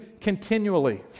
continually